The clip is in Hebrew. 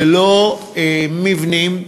ללא מבנים,